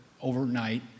overnight